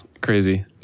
crazy